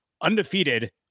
undefeated